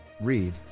Read